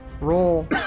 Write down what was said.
roll